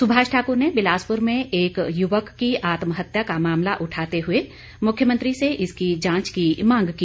सुभाष ठाकूर ने बिलासपुर में एक युवक की आत्महत्या का मामला उठाते हुए मुख्यमंत्री से इसकी जांच की मांग की